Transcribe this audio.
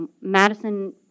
Madison